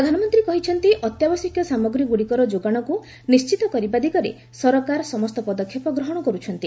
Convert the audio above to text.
ପ୍ରଧାନମନ୍ତ୍ରୀ କହିଛନ୍ତି ଅତ୍ୟାବଶ୍ୟକ ସାମଗ୍ରୀଗୁଡ଼ିକର ଯୋଗାଣକୁ ନିଶ୍ଚିତ କିରବା ଦିଗରେ ସରକାର ସମସ୍ତ ପଦକ୍ଷେପ ଗ୍ରହଣ କରୁଛନ୍ତି